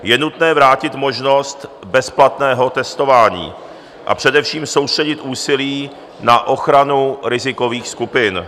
Je nutné vrátit možnost bezplatného testování, a především soustředit úsilí na ochranu rizikových skupin.